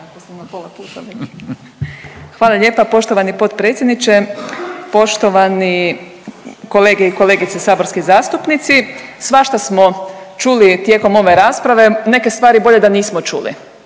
Hvala lijepa poštovani potpredsjedniče. Poštovani kolege i kolegice saborski zastupnici, svašta smo čuli tijekom ove rasprave, neke stvari bolje da nismo čuli,